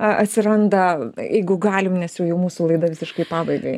atsiranda jeigu galim nes jau jau mūsų laida visiškai į pabaigą eina